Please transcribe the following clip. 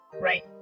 right